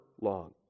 long